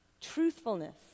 Truthfulness